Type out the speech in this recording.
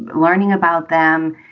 learning about them?